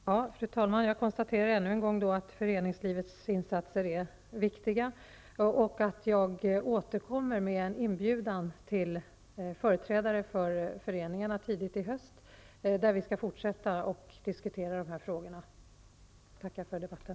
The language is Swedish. Fru talman! Jag konstaterar ännu en gång att föreningslivets insatser är viktiga och att jag återkommer med inbjudan till företrädare för föreningarna tidigt i höst, då vi skall fortsätta att diskutera dessa frågor. Jag tackar för debatten.